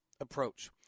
approach